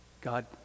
god